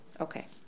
Okay